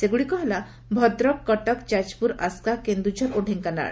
ସେଗୁଡ଼ିକ ହେଲା ଭଦ୍ରକ କଟକ ଯାଜପୁର ଆସ୍କା କେନ୍ଦଝର ଓ ତେଙ୍କାନାଳ